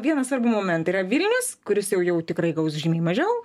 vieną svarbų momentą yra vilnius kuris jau jau tikrai gaus žymiai mažiau